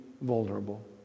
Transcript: vulnerable